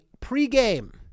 pregame